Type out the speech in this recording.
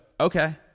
okay